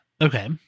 Okay